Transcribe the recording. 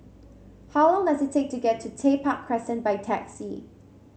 how long does it take to get to Tech Park Crescent by taxi